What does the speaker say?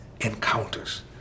encounters